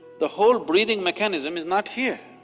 the whole breathing mechanism is not here.